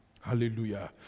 Hallelujah